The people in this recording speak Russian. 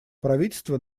правительство